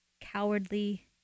cowardly